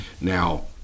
Now